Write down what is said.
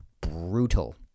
Brutal